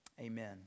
Amen